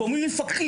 ואומרים לי המפקחים,